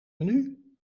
menu